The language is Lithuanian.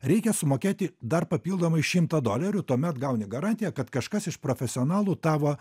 reikia sumokėti dar papildomai šimtą dolerių tuomet gauni garantiją kad kažkas iš profesionalų tavo